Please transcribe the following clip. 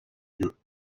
vieux